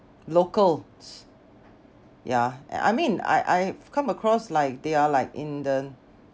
locals yeah I mean I I've come across like they are like in the